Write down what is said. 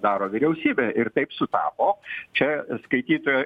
daro vyriausybė ir taip sutapo čia skaitytoja